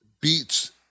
beats –